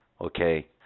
Okay